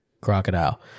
crocodile